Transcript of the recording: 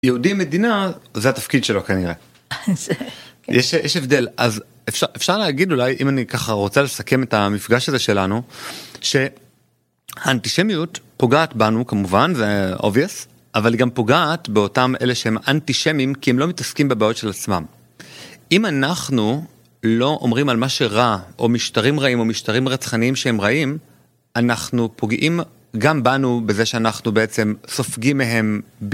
יהודי במדינה זה התפקיד שלו כנראה, יש הבדל, אז אפשר להגיד אולי אם אני ככה רוצה לסכם את המפגש הזה שלנו שהאנטישמיות פוגעת בנו כמובן זה אובייס, אבל היא גם פוגעת באותם אלה שהם אנטישמים כי הם לא מתעסקים בבעיות של עצמם, אם אנחנו לא אומרים על מה שרע או משטרים רעים או משטרים רצחניים שהם רעים אנחנו פוגעים גם בנו בזה שאנחנו בעצם סופגים מהם